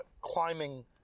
climbing